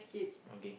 okay